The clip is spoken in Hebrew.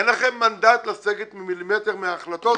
אין לכם מנדט לסגת מילימטר מההחלטות.